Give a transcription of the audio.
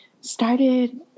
started